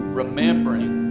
remembering